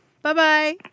Bye-bye